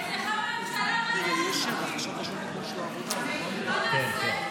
אצלך בממשל --- מה נעשה?